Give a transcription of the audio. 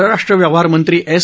परराष्ट्रव्यवहारमंत्री S